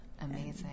Amazing